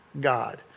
God